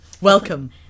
Welcome